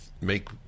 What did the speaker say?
make